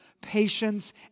patience